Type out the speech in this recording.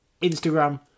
Instagram